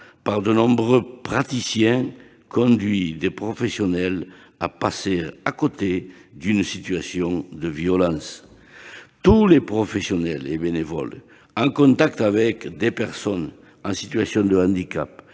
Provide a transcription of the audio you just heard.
par de nombreux praticiens conduit des professionnels à passer à côté d'une situation de violence. Tous les professionnels et bénévoles en contact avec des personnes en situation de handicap,